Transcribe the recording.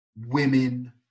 women